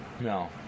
No